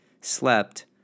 slept